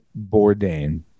Bourdain